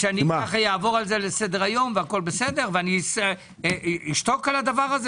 שאעבור על זה לסדר-היום והכול בסדר ואשתוק על זה?